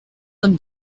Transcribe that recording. them